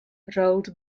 rolled